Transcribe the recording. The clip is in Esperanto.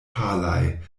palaj